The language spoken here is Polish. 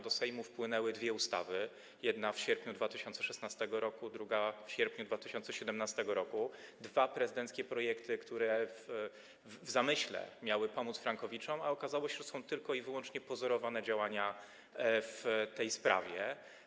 Do Sejmu wpłynęły dwie ustawy: jedna w sierpniu 2016 r., druga w sierpniu 2017 r., dwa prezydenckie projekty, które w zamyśle miały pomóc frankowiczom, a okazało się, że są to tylko i wyłącznie pozorowane działania w tej sprawie.